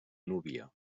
núvia